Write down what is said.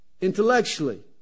intellectually